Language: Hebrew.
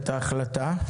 ההחלטה,